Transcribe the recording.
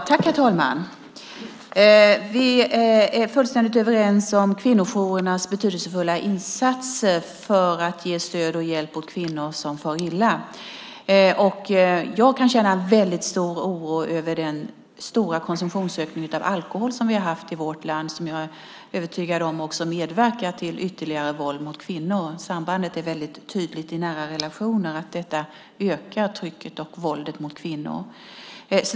Herr talman! Vi är fullständigt överens om kvinnojourernas betydelsefulla insatser för att ge stöd och hjälp åt kvinnor som far illa. Jag kan känna en väldigt stor oro över den stora ökning av alkoholkonsumtion som vi haft i vårt land och som jag är övertygad om också medverkar till ytterligare våld mot kvinnor. Sambandet är väldigt tydligt i nära relationer. Detta ökar trycket och våldet mot kvinnor.